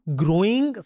growing